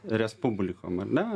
respublikom ar ne